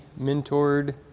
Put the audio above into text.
mentored